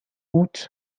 août